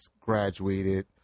graduated